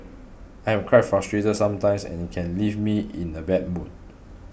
I am quite frustrated sometimes and it can leave me in a bad mood